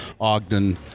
Ogden